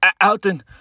Alton